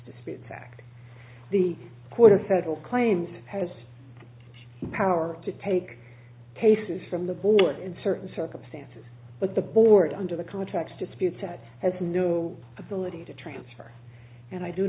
disputes act the quarter federal claims has power to take cases from the board in certain circumstances but the board under the contracts to speed said has no ability to transfer and i do